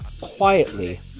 quietly